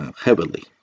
heavily